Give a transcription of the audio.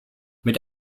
mit